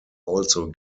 also